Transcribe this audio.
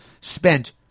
spent